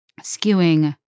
skewing –